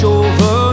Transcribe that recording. over